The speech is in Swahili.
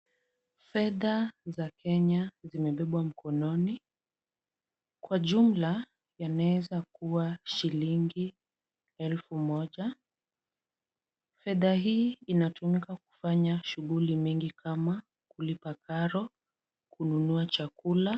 Fedha za Kenya zimebebwa mkononi. Kwa jumla yanaweza kuwa shilingi elfu moja. Fedha hii inatumika kufanya shughuli mingi kama kulipa karo, kununua chakula.